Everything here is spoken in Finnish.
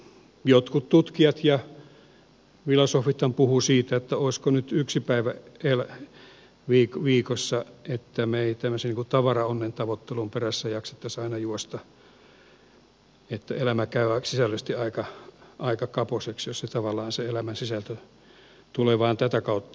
jotkut tutkijat ja filosofithan puhuvat siitä että olisiko nyt yksi päivä viikossa että me emme tämmöisen tavaraonnen tavoittelun perässä jaksaisi aina juosta että elämä käy sisällöllisesti aika kapoiseksi jos tavallaan se elämän sisältö tulee vain tätä kautta